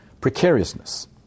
precariousness